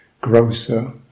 grosser